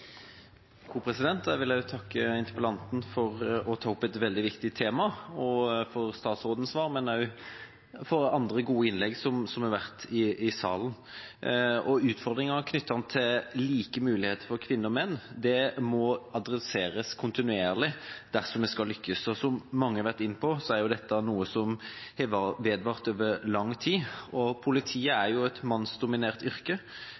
Jeg vil også takke interpellanten for å ta opp et veldig viktig tema og for statsrådens svar, men også for andre gode innlegg som har vært i salen. Utfordringene knyttet til like muligheter for kvinner og menn må adresseres kontinuerlig dersom det skal lykkes. Som mange har vært inne på, er dette noe som har vedvart over lang tid. Politiet er jo et mannsdominert yrke,